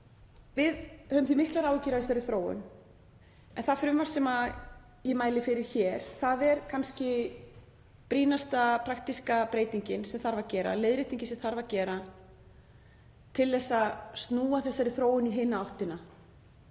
Við höfum því miklar áhyggjur af þessari þróun. En það frumvarp sem ég mæli fyrir hér er kannski brýnasta praktíska breytingin sem þarf að gera, leiðréttingin sem þarf að gera, til að snúa þessari þróun í hina áttina,